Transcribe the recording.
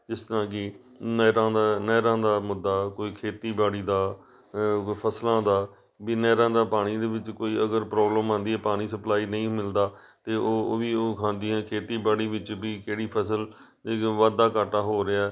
ਜਿਸ ਤਰ੍ਹਾਂ ਕਿ ਨਹਿਰਾਂ ਦਾ ਨਹਿਰਾਂ ਦਾ ਮੁੱਦਾ ਕੋਈ ਖੇਤੀਬਾੜੀ ਦਾ ਕੋਈ ਫ਼ਸਲਾਂ ਦਾ ਵੀ ਨਹਿਰਾਂ ਦਾ ਪਾਣੀ ਦੇ ਵਿੱਚ ਕੋਈ ਅਗਰ ਪ੍ਰੋਬਲਮ ਆਉਂਦੀ ਹੈ ਪਾਣੀ ਸਪਲਾਈ ਨਹੀਂ ਮਿਲਦਾ ਤਾਂ ਉਹ ਉਹ ਵੀ ਉਹ ਖਾਂਦੀਆਂ ਖੇਤੀਬਾੜੀ ਵਿੱਚ ਵੀ ਕਿਹੜੀ ਫ਼ਸਲ 'ਤੇ ਵਾਧਾ ਘਾਟਾ ਹੋ ਰਿਹਾ